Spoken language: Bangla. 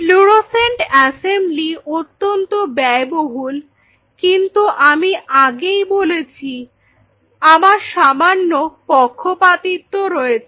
ফ্লুরোসেন্ট অ্যাসেম্বলি অত্যন্ত ব্যয়বহুল কিন্তু আমি আগেই বলেছি আমার সামান্য পক্ষপাতিত্ব রয়েছে